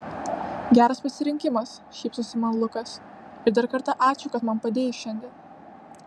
geras pasirinkimas šypsosi man lukas ir dar kartą ačiū kad man padėjai šiandien